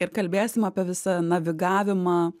ir kalbėsim apie visą navigavimą